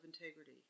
integrity